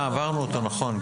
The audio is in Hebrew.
עברנו אותו, נכון.